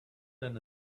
than